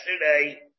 yesterday